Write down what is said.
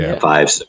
Five